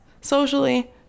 socially